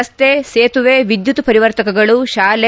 ರಸ್ತೆ ಸೇತುವೆ ವಿದ್ನುತ್ ಪರಿವರ್ತಕಗಳು ಶಾಲೆ